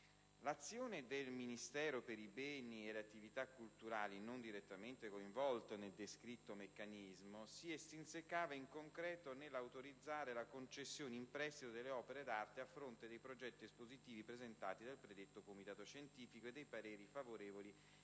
L'azione del Ministero per i beni e le attività culturali, non direttamente coinvolto nel descritto meccanismo, si estrinsecava in concreto nell'autorizzare la concessione in prestito delle opere d'arte a fronte dei progetti espositivi presentati dal predetto Comitato scientifico e dei pareri favorevoli